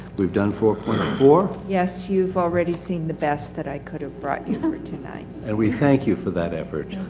we've done four point four. yes, you've already seen the best that i could have brought you for tonight. and we thank you for that effort.